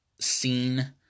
scene